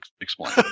explain